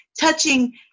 touching